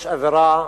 יש אווירה